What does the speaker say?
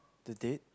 the date